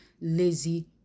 lazy